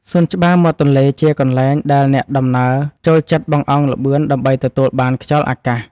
សួនច្បារមាត់ទន្លេជាកន្លែងដែលអ្នកដំណើរចូលចិត្តបង្អង់ល្បឿនដើម្បីទទួលបានខ្យល់អាកាស។